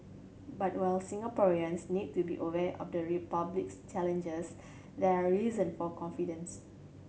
but while Singaporeans need to be aware of the Republic's challenges there are reason for confidence